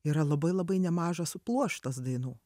yra labai labai nemažas pluoštas dainų